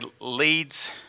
leads